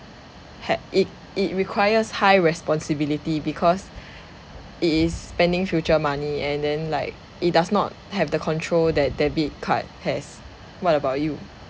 h~ it it requires high responsibility because it is spending future money and then like it does not have the control that debit card has what about you